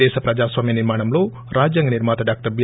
దేశ ప్రజాస్వామ్య నిర్మాణంలో రాజ్యాంగ నిర్మాత బి